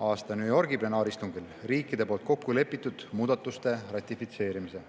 aasta New Yorgi plenaaristungil riikide kokku lepitud muudatuste ratifitseerimise.